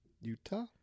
Utah